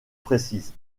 précises